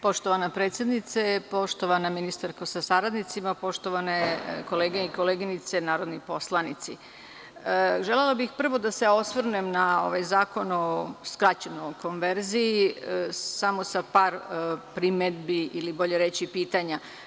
Poštovana predsednice, poštovana ministarko sa saradnicima, poštovane kolege i koleginice narodni poslanici, želela bih prvo da se osvrnem na ovaj zakon o, skraćeno, konverziji samo sa par primedbi, ili bolje reći pitanja.